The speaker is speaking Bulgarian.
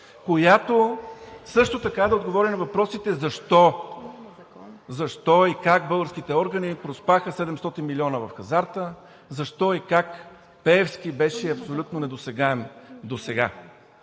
която също така да отговори на въпросите: защо и как българските органи проспаха 700 милиона в хазарта, защо и как Пеевски беше абсолютно недосегаем досега?